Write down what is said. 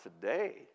today